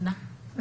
תודה.